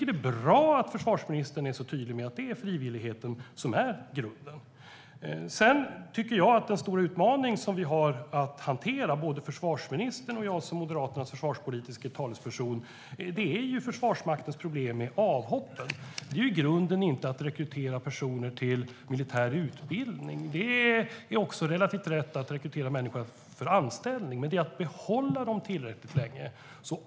Det är bra att försvarsministern är så tydlig med att det är frivilligheten som är grunden. Den stora utmaning som vi har att hantera, både försvarsministern och jag som Moderaternas försvarspolitiske talesperson, är Försvarsmaktens problem med avhoppen. Utmaningen är i grunden inte att rekrytera personer till militär utbildning, och det är relativt lätt att rekrytera personer för anställning. Problemet är att behålla dem tillräckligt länge.